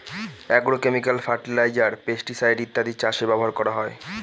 agrochemical fertiliser, pesticide ইত্যাদি চাষে ব্যবহার করা হয়